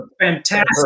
fantastic